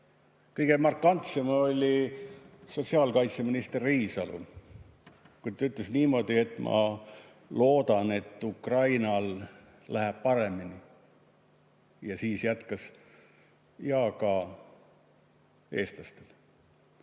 Kõige markantsem oli sotsiaalkaitseminister Riisalo, kes ütles niimoodi, et ta loodab, et Ukrainal läheb paremini, ja siis jätkas: "Ja ka eestlastel."